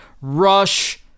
Rush